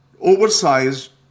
oversized